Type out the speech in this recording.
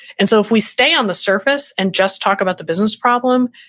and so if we stay on the surface and just talk about the business problem,